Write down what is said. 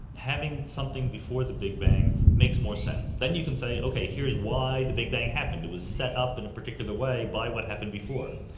having something before the big bang makes more sense. then you can say, okay, here's why the big bang happened, it was set up in a particular way by what happened before.